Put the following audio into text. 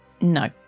No